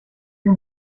few